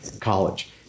college